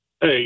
Hey